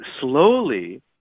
slowly